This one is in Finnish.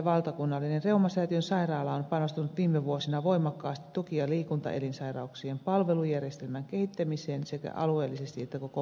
valtakunnallinen reumasäätiön sairaala on panostanut viime vuosina voimakkaasti tuki ja liikuntaelinsairauksien palvelujärjestelmän kehittämiseen sekä alueellisesti että koko maassa